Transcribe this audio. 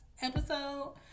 episode